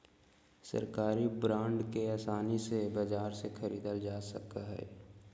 सरकारी बांड के आसानी से बाजार से ख़रीदल जा सकले हें